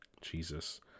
Jesus